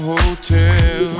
Hotel